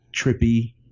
trippy